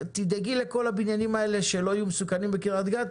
תדאגי לכל הבניינים האלה שלא יהיו מסוכנים בקריית גת,